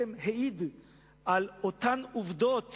העיד על אותן עובדות